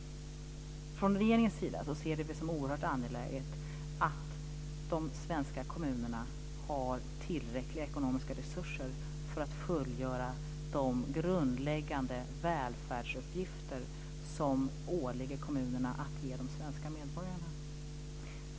Från regeringens sida ser vi det som oerhört angeläget att de svenska kommunerna har tillräckliga ekonomiska resurser för att fullgöra de grundläggande välfärdsuppgifter som åligger kommunerna att ge de svenska medborgarna.